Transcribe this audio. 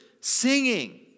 singing